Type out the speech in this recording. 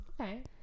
Okay